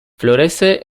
florece